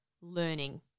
learning